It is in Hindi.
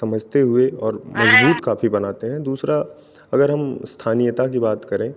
समझते हुए और मज़बूत काफ़ी बनाते हैं दूसरा अगर हम स्थानीयता की बात करें